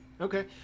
Okay